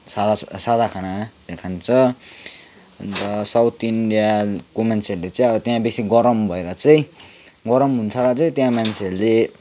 सादा सादा खाना नै खान्छ अन्त साउथ इन्डियाको मान्छेहरूले चाहिँ अब त्यहाँ बेसी गरम भएर चाहिँ गरम हुन्छ र चाहिँ त्यहाँ मान्छेहरूले